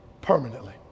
permanently